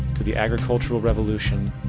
to the agricultural revolution,